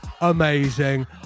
amazing